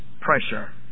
pressure